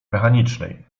mechanicznej